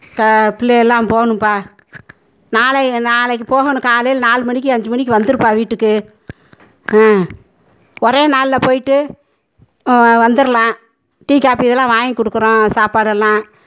க பிள்ளைகளை எல்லாம் போகணும்ப்பா நாளை நாளைக்கு போகணும் காலையில் நாலு மணிக்கு அஞ்சு மணிக்கு வந்துடுப்பா வீட்டுக்கு ஆ ஒரே நாளில் போயிட்டு வந்தடலாம் டீ காபி இதெல்லாம் வாங்கி கொடுக்குறோம் சாப்பாடு எல்லாம்